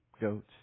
goat